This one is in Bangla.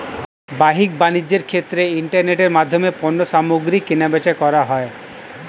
বাহ্যিক বাণিজ্যের ক্ষেত্রে ইন্টারনেটের মাধ্যমে পণ্যসামগ্রী কেনাবেচা করা হয়